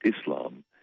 Islam